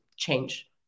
change